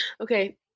Okay